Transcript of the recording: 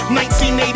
1980